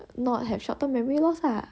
not have short term memory loss lah